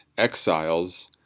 exiles